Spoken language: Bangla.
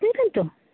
তো